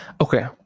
Okay